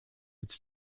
its